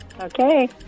Okay